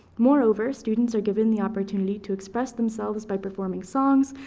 moreover, students are given the opportunity to express themselves by performing songs,